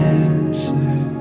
answer